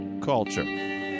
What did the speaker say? culture